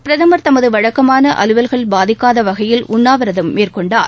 பிரதமர் தமது வழக்கமான அலுவல்கள் பாதிக்காத வகையில் உண்ணாவிரதம் மேற்கொண்டனர்